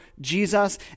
Jesus